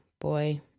boy